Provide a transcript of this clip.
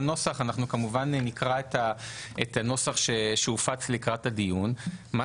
בנוסח - אנחנו כמובן נקרא את הנוסח שהופץ לקראת הדיון - אנחנו